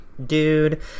dude